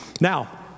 Now